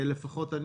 לפחות אני,